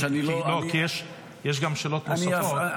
כי יש גם שאלות נוספות.